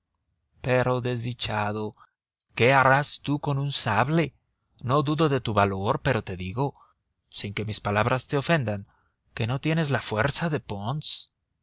pero desdichado qué harás tú con un sable no dudo de tu valor pero te digo sin que mis palabras te ofendan que no tienes la fuerza de pons